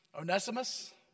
Onesimus